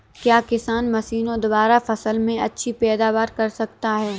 क्या किसान मशीनों द्वारा फसल में अच्छी पैदावार कर सकता है?